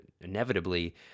inevitably